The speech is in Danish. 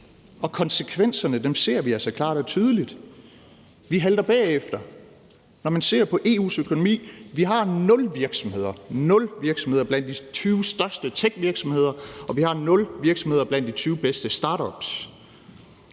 og konsekvenserne af det ser vi altså klart og tydeligt; vi halter bagefter. Når man ser på EU's økonomi, har vi nul virksomheder blandt de 20 største techvirksomheder, og vi har nul virksomheder blandt de 20 bedste startups,